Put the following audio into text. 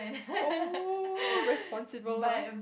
!oh! responsible uh